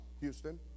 Houston